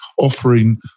offering